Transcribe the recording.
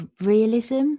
realism